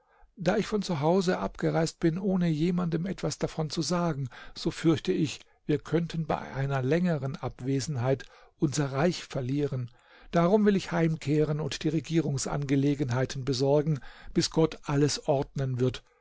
da ich von zu hause abgereist bin ohne jemandem etwas davon zu sagen so fürchte ich wir könnten bei einer längeren abwesenheit unser reich verlieren darum will ich heimkehren und die regierungsangelegenheiten besorgen bis gott alles ordnen wird